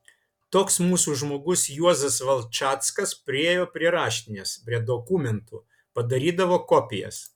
toks mūsų žmogus juozas valčackas priėjo prie raštinės prie dokumentų padarydavo kopijas